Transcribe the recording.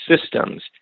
systems